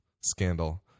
scandal